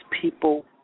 people